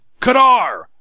Kadar